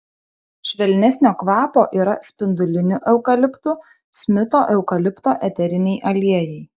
švelnesnio kvapo yra spindulinių eukaliptų smito eukalipto eteriniai aliejai